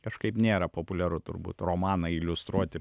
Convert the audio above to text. kažkaip nėra populiaru turbūt romaną iliustruoti